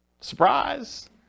Surprise